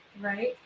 right